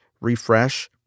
refresh